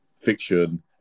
Fiction